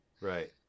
Right